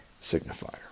signifier